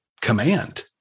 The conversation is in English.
command